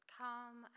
come